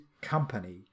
company